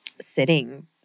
sitting